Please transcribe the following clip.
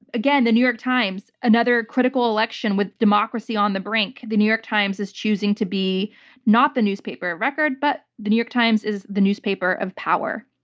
again, the new york times, another critical election with democracy on the brink, the new york times is choosing to be not the newspaper of record, but the new york times is the newspaper of power.